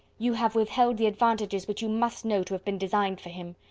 you have withheld the advantages which you must know to have been designed for him.